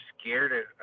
scared